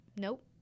Nope